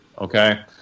okay